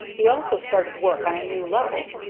he also started work on a new level,